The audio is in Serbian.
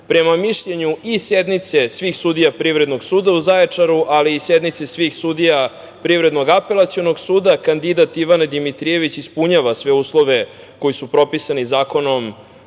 Prema mišljenju i sednice svih sudija Privrednog suda u Zaječaru, ali i sednice svih sudija Privrednog apelacionog suda, kandidat Ivana Dimitrijević ispunjava sve uslove koji su propisani Zakonom